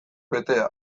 betea